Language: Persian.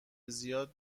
زیاد